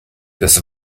des